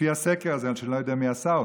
לפי הסקר הזה, רק שאני לא יודע מי עשה אותו.